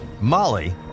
Molly